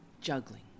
juggling